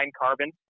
carbon